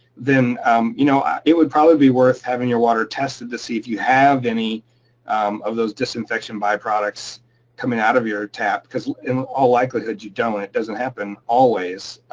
then um you know it would probably be worth having your water tested to see if you have any of those disinfection byproducts coming out of your tap cause in all likelihood, you don't. it doesn't happen always,